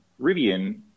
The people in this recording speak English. Rivian